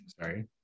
Sorry